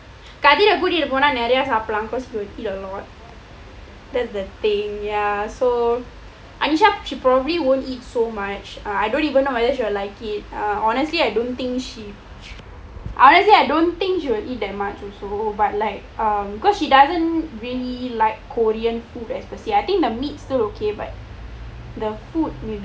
kathir eh கூப்பிட்டு போனால் நிறைய சாப்பிடலாம்:kuppitdu poonaal niraiya sappidalaam cause he will eat a lot that's the thing ya so anisha she probably won't eat so much I don't even know whether she will like it ah honestly I don't think she honestly I don't think she will eat that much also but like um cause she doesn't really like korean food per se I think the meat still ok but the food maybe